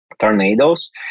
tornadoes